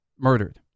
murdered